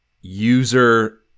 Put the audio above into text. user